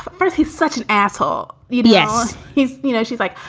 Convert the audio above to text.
first. he's such an asshole. yes. he's you know, she's like,